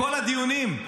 בכל הדיונים.